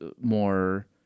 more